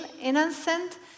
innocent